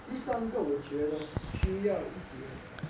第三个我觉得需要一点 err